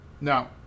Now